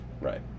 Right